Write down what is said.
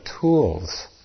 tools